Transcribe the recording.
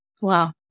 Wow